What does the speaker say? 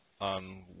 on